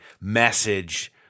message